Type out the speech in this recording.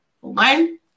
One